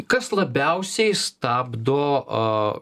kas labiausiai stabdo aaa